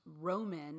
Roman